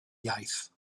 iaith